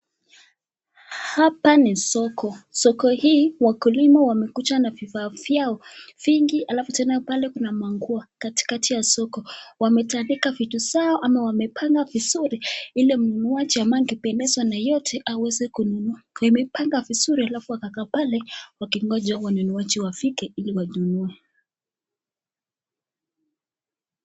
Hapa ni soko, soko hii wakulima wamekuja na vifaa vyao vingi alafu tena pale kuna manguo katikati ya soko. Wametandika vitu zao ama wamepanga vizuri ili mmoja akipendezwa na yote aweze kununua imepangwa vizuri alafu wakaweka pale wakingoja wanunuaji wafike ile wanunue.